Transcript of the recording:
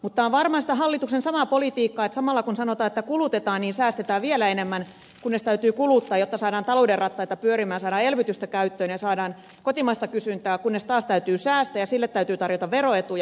mutta tämä on varmaan sitä hallituksen samaa politiikkaa että samalla kun sanotaan että kulutetaan niin säästetään vielä enemmän kunnes täytyy kuluttaa jotta saadaan talouden rattaita pyörimään saadaan elvytystä käyttöön ja saadaan kotimaista kysyntää kunnes taas täytyy säästää ja sille täytyy tarjota veroetuja